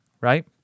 right